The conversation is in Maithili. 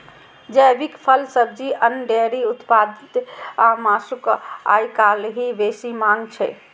जैविक फल, सब्जी, अन्न, डेयरी उत्पाद आ मासुक आइकाल्हि बेसी मांग छै